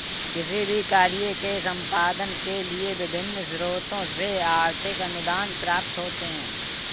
किसी भी कार्य के संपादन के लिए विभिन्न स्रोतों से आर्थिक अनुदान प्राप्त होते हैं